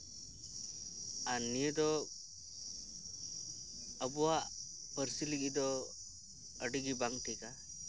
ᱟᱨ ᱱᱤᱭᱟᱹ ᱫᱚ ᱟᱵᱚᱣᱟᱜ ᱯᱟᱹᱨᱥᱤ ᱞᱟᱹᱜᱤᱫ ᱫᱚ ᱟᱹᱰᱤ ᱜᱮ ᱵᱟᱝ ᱴᱷᱤᱠᱼᱟ